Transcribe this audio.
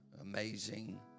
amazing